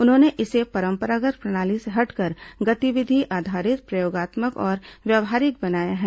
उन्होंने इसे परंपरागत प्रणाली से हटकर गतिविधि आधारित प्रयोगात्मक और व्यवहारिक बनाया है